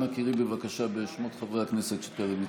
אנא קראי בבקשה בשמות חברי הכנסת שטרם הצביעו.